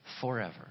forever